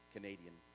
Canadian